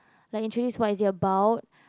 like introduce what is it about